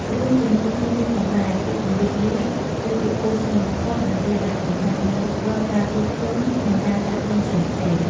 រួមជាមួយគ្នានេះផងដែរ ពាក្យជម្រាបលា គឺពាក្យគួរសមបំផុតនៅពេលដែលបញ្ចប់នូវរាល់ការជួបជុំ និងការចាកចេញផ្សេងៗ។